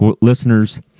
listeners